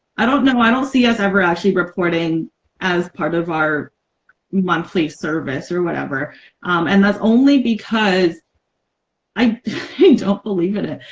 i don't know, i don't see us ever actually reporting as part of our monthly service or whatever and that's only because i don't believe in it